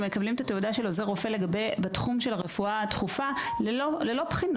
הם מקבלים את התעודה של עוזר רופא בתחום הרפואה הדחופה ללא בחינות.